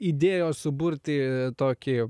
idėjos suburti tokį